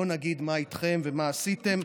לא נגיד מה אתכם ומה עשיתם.